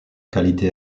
qualité